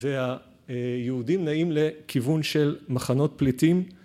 והיהודים נעים לכיוון של מחנות פליטים